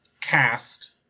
cast